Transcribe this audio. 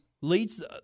leads